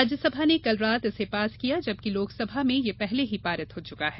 राज्यसभा ने कल रात इसे पास किया जबकि लोकसभा में यह पहले ही पारित हो चुका है